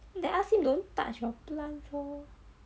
then ask him don't touch your plant lor